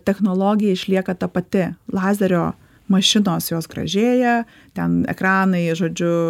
technologija išlieka ta pati lazerio mašinos jos gražėja ten ekranai žodžiu